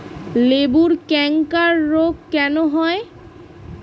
লেবুর ক্যাংকার রোগ কেন হয়?